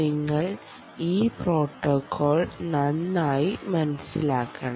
നിങ്ങൾ ഈ പ്രോട്ടോക്കോൾ നന്നായി മനസ്സിലാക്കണം